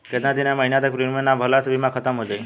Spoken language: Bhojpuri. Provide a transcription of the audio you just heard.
केतना दिन या महीना तक प्रीमियम ना भरला से बीमा ख़तम हो जायी?